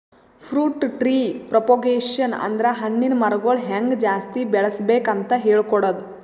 fruit tree propagation ಅಂದ್ರ ಹಣ್ಣಿನ್ ಮರಗೊಳ್ ಹೆಂಗ್ ಜಾಸ್ತಿ ಬೆಳಸ್ಬೇಕ್ ಅಂತ್ ಹೇಳ್ಕೊಡದು